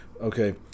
okay